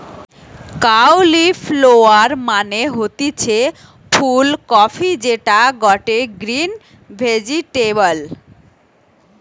cauliflower মানে হতিছে ফুল কপি যেটা গটে গ্রিন ভেজিটেবল